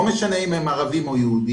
לא משנה אם הם ערבים או יהודים,